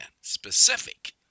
specific